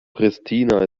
pristina